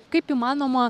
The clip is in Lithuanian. kaip įmanoma